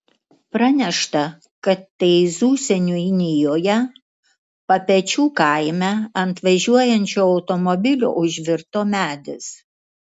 pranešta kad teizų seniūnijoje papečių kaime ant važiuojančio automobilio užvirto medis